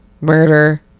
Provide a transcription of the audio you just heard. murder